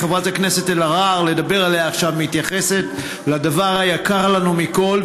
חברת הכנסת אלהרר מתייחסת לדבר היקר לנו מכול,